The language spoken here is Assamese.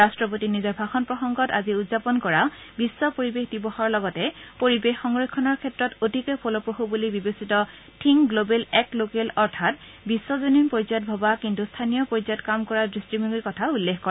ৰাষ্ট্ৰপতিয়ে নিজৰ ভাষণ প্ৰসংগত আজি উদযাপন কৰা বিশ্ব পৰিৱেশ দিৱসৰ লগতে পৰিৱেশ সংৰক্ষণৰ ক্ষেত্ৰত অতিকে ফলপ্ৰসু বুলি বিবেচিত থিংক গ্লোবেল এক্ট লোকেল অৰ্থাৎ বিশ্বজনীন পৰ্যায়ত ভবা কিন্তু স্থানীয় পৰ্যায়ত কাম কৰাৰ দৃষ্টিভংগীৰ কথা উল্লেখ কৰে